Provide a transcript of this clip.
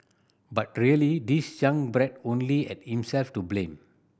but really this young brat only had himself to blame